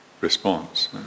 response